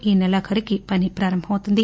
ఈసెలాఖరికి పని ప్రారంభమవుతుంది